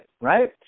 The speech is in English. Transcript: right